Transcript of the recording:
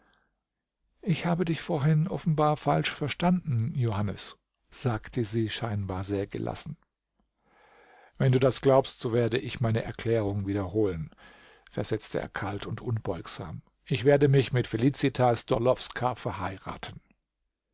ich habe dich vorhin offenbar falsch verstanden johannes sagte sie scheinbar sehr gelassen wenn du das glaubst so werde ich meine erklärung wiederholen versetzte er kalt und unbeugsam ich werde mich mit felicitas d'orlowska verheiraten